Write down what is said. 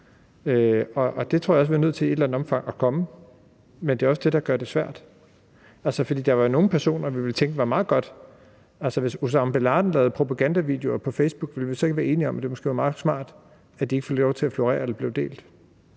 det tror jeg også i et eller andet omfang er nødt til at komme, men det er også det, der gør det svært, altså fordi der jo er nogle personer, hvor vi ville tænke, at det var meget godt. Altså, hvis Osama bin Laden lavede propagandavideoer på Facebook, ville vi så ikke være enige om, at det var meget smart, at de ikke fik lov til at florere eller blive delt?